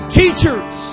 teachers